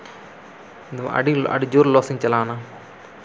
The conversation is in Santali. ᱟᱹᱰᱤᱡᱳᱨ ᱞᱚᱥᱤᱧ ᱪᱟᱞᱟᱣᱮᱱᱟ